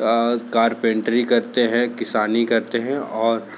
carpentry करते है किसानी करते हैं और